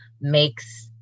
makes